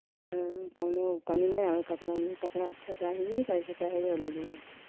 कौनो कमी नहीं आए कपड़ों में कपड़ा अच्छा चाहिये पैसे चाहे जो लगेगा